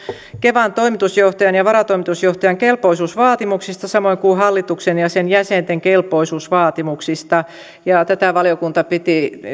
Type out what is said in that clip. kevan toimitusjohtajan ja varatoimitusjohtajan kelpoisuusvaatimuksista samoin kuin hallituksen ja sen jäsenten kelpoisuusvaatimuksista tätä valiokunta piti